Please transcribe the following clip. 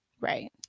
right